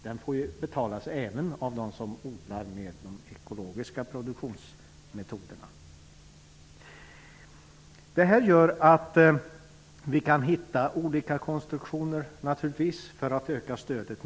Den måste ju betalas även av dem som odlar med ekologiska produktionsmetoder. Vi kan naturligtvis begagna olika metoder för att öka stödet.